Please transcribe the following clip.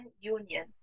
union